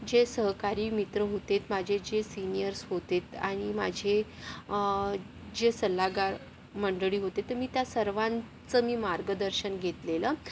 जे सहकारी मित्र होते माझे जे सिनिअर्स होते आणि माझे जे सल्लागार मंडळी होते मी त्या सर्वांचं मी मार्गदर्शन घेतलेलं